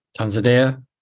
Tanzania